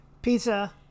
Pizza